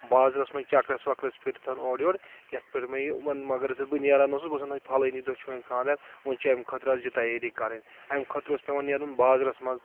بازرَس منٛز چَکرَس وکرَس پھِیٖرتھ اورٕ یورٕ یَتھ پؠٹھ مےٚ یہِ وۄنۍ مگر یُتھُے بہٕ نیران اوسُس بہٕ اوسُس وَنان پھلٲنی دۄہ چھِ وۄنۍ خاندَر وۄنۍ چھُ امہِ خٲطرٕ حظ یہِ تیٲری کَرٕنۍ امہِ خٲطرٕ اوس پؠوان نیرُن بازرَس منٛز